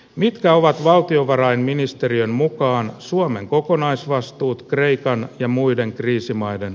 mitkä ovat valtiovarainministeriön mukaan suomen kokonaisvastuut kreikan ja muiden kriisimaiden